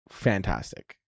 fantastic